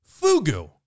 Fugu